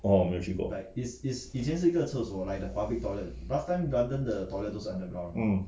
哦没有去过 hmm